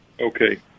Okay